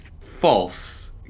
false